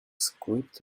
script